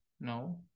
no